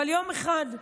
אבל יום אחד,